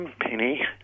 penny